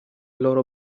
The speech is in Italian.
loro